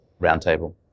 roundtable